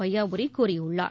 வையாபுரி கூறியுள்ளார்